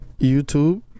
YouTube